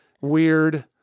weird